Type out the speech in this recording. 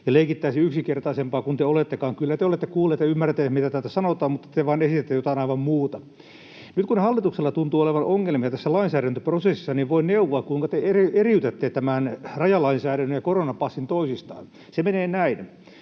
ja leikittäisi yksinkertaisempaa kuin te olettekaan. Kyllä te olette kuulleet ja ymmärtäneet, mitä täältä sanotaan, mutta te vain esitätte jotain aivan muuta. Nyt kun hallituksella tuntuu olevan ongelmia tässä lainsäädäntöprosessissa, niin voin neuvoa, kuinka eriytätte tämän rajalainsäädännön ja koronapassin toisistaan. Se menee näin: